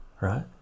right